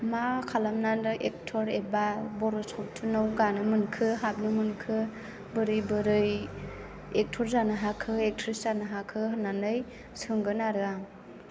मा खालामनानै एक्ट'र एबा बर' सावथुनाव गानो मोनखो हाबनो मोनखो बोरै बोरै एक्ट'र जानो हाखो एक्ट्रिस जानो हाखो होननानै सोंगोन आरो आं